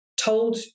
told